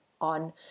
on